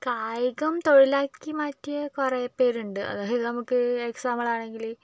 കായികം തൊഴിൽ ആക്കി മാറ്റിയ കുറേ പേരുണ്ട് അതായത് നമുക്ക് എക്സാമ്പിൾ ആണെങ്കിൽ